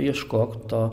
ieškok to